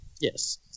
Yes